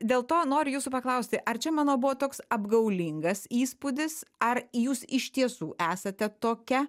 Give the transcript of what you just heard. dėl to noriu jūsų paklausti ar čia mano buvo toks apgaulingas įspūdis ar jūs iš tiesų esate tokia